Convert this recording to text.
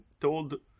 told